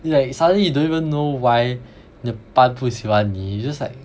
it's like suddenly you don't even know why 你的班不喜欢你 you just like